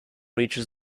reaches